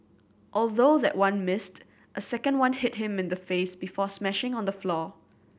although that one missed a second one hit him in the face before smashing on the floor